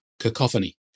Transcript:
cacophony